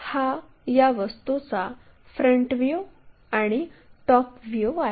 तर हा या वस्तूचा फ्रंट व्ह्यू आणि टॉप व्ह्यू आहे